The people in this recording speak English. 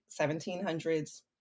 1700s